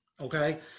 Okay